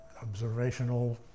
observational